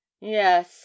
yes